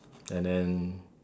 and then